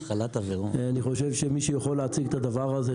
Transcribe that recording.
אני חושב שמי שיכול להציג את הדבר הזה,